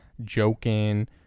joking